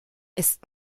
ist